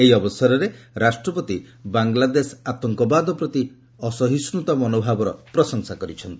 ଏହି ଅବସରରେ ରାଷ୍ଟପତି ବାଂଲାଦେଶ ଆତଙ୍କବାଦ ପତି ଅସହିଷ୍ଠତା ମନୋଭାବର ପ୍ରଶଂସା କରିଛନ୍ତି